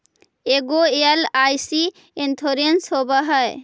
ऐगो LIC insurance होव है?